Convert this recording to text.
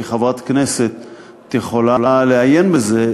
כחברת כנסת את יכולה לעיין בזה,